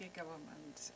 government